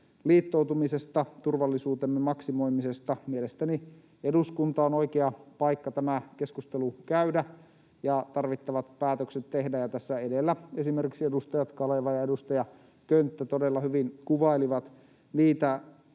liittoutumisesta, turvallisuutemme maksimoimisesta. Mielestäni eduskunta on oikea paikka tämä keskustelu käydä ja tarvittavat päätökset tehdä. Tässä edellä esimerkiksi edustaja Kaleva ja edustaja Könttä todella hyvin kuvailivat niitä